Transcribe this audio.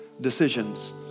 decisions